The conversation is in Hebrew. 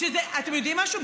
אתם יודעים משהו?